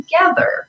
together